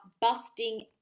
busting